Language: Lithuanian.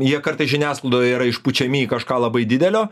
jie kartais žiniasklaidoje yra išpučiami kažką labai didelio